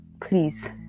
please